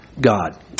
God